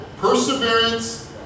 perseverance